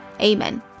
amen